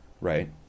right